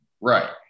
right